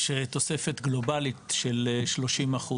יש תוספת גלובלית של כ-30%